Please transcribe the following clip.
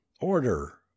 order